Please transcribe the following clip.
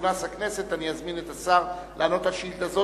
תכונס הכנסת אני אזמין את השר להשיב על שאילתא זו,